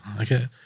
okay